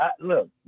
Look